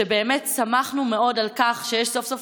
ובאמת שמחנו מאוד על כך שיש סוף-סוף